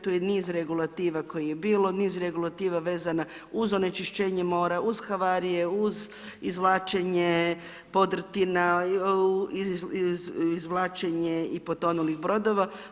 Tu je niz regulativa koje je bilo, niz regulativa vezana uz onečišćenje mora, uz havarije, uz izvlačenje, podrtina, izvlačenje potonulih brodova.